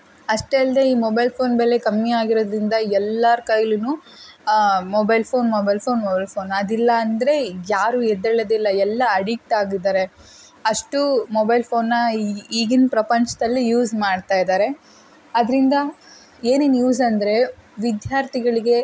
ಅಷ್ಟೇ ಅಲ್ಲದೇ ಈ ಮೊಬೈಲ್ ಫೋನ್ ಬೆಲೆ ಕಮ್ಮಿ ಆಗಿರುವುದ್ರಿಂದ ಎಲ್ಲರ ಕೈಲೂ mobile phone mobile phone mobile phone ಅದಿಲ್ಲ ಅಂದರೆ ಯಾರೂ ಎದ್ದೇಳೋದಿಲ್ಲ ಎಲ್ಲ ಅಡಿಕ್ಟ್ ಆಗಿದ್ದಾರೆ ಅಷ್ಟು ಮೊಬೈಲ್ ಫೋನನ್ನ ಈಗಿನ ಪ್ರಪಂಚದಲ್ಲಿ ಯೂಸ್ ಮಾಡ್ತಾಯಿದ್ದಾರೆ ಅದರಿಂದ ಏನೇನು ಯೂಸಂದರೆ ವಿದ್ಯಾರ್ಥಿಗಳಿಗೆ